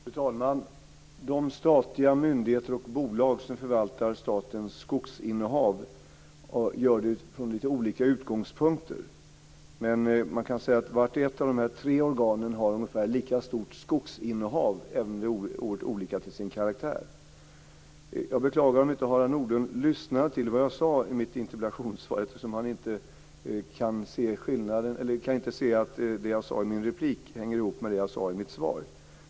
Fru talman! De statliga myndigheter och bolag som förvaltar statens skogsinnehav gör det utifrån lite olika utgångspunkter. Man kan dock säga att vart och ett av de här tre organen har ett ungefär lika stort skogsinnehav, även om det är oerhört olika till sin karaktär. Jag beklagar om inte Harald Nordlund lyssnade till vad jag sade i mitt interpellationssvar, eftersom han inte kunde se att det jag sade i mitt andra inlägg hängde ihop med det jag sade i mitt svar.